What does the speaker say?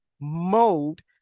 mode